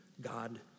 God